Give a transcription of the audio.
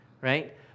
right